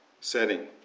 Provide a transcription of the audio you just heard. setting